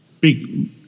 big